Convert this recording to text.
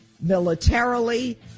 militarily